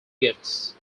gifts